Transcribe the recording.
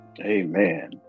Amen